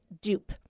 dupe